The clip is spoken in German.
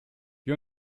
wir